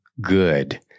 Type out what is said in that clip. good